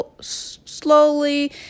slowly